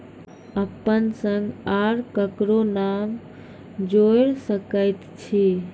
अपन संग आर ककरो नाम जोयर सकैत छी?